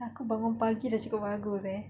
aku bangun pagi dah cukup bagus eh